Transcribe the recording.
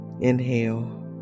Inhale